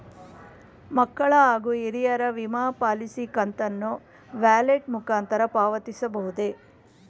ಮಕ್ಕಳ ಹಾಗೂ ಹಿರಿಯರ ವಿಮಾ ಪಾಲಿಸಿ ಕಂತನ್ನು ವ್ಯಾಲೆಟ್ ಮುಖಾಂತರ ಪಾವತಿಸಬಹುದೇ?